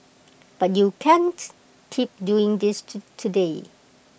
but you can't keep doing this today